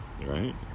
right